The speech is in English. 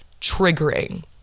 triggering